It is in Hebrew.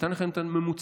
ונתנו לכם את הממוצעים,